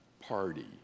party